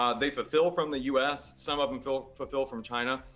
um they fulfill from the u s. some of them fulfill fulfill from china.